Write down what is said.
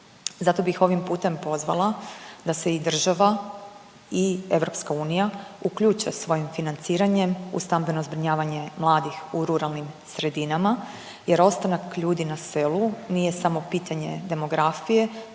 Zato bih ovim putem pozvala da se i država i EU uključe svojim financiranjem u stambeno zbrinjavanje mladih u ruralnim sredinama jer ostanak ljudi na selu nije samo pitanje demografije